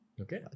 okay